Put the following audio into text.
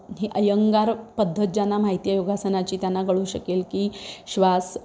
हे अयंगार पद्धत ज्यांना माहिती आहे योगासनाची त्यांना कळू शकेल की श्वास